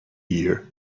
ear